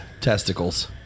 testicles